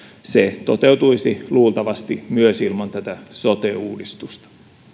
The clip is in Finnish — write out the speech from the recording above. toteutuisi luultavasti myös ilman tätä sote uudistusta